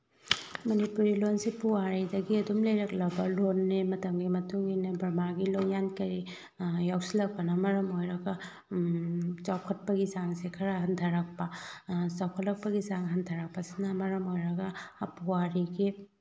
ꯃꯅꯤꯄꯨꯔꯤ ꯂꯣꯜꯁꯤ ꯄꯨꯋꯥꯔꯤꯗꯒꯤ ꯑꯗꯨꯝ ꯂꯩꯔꯛꯂꯕ ꯂꯣꯜꯅꯤ ꯃꯇꯝꯒꯤ ꯃꯇꯨꯡꯏꯟꯅ ꯕ꯭ꯔꯃꯥꯒꯤ ꯂꯣꯜꯌꯥꯟ ꯀꯔꯤ ꯌꯥꯎꯁꯤꯜꯂꯛꯄꯅ ꯃꯔꯝ ꯑꯣꯏꯔꯒ ꯆꯥꯎꯈꯠꯄꯒꯤ ꯆꯥꯡꯁꯤ ꯈꯔ ꯍꯟꯗꯔꯛꯄ ꯆꯥꯎꯈꯠꯂꯛꯄꯒꯤ ꯆꯥꯡ ꯍꯟꯗꯔꯛꯄꯁꯤꯅ ꯃꯔꯝ ꯑꯣꯏꯔꯒ ꯄꯨꯋꯥꯔꯤꯒꯤ